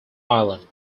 island